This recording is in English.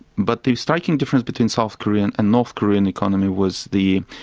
but the striking difference between south korean and north korean economy was the